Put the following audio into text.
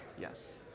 yes